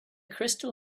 crystal